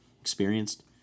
experienced